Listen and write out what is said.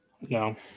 No